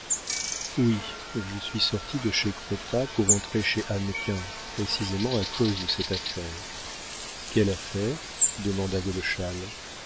oui je suis sorti de chez crottat pour entrer chez hannequin précisément à cause de cette affaire quelle affaire demanda